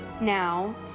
Now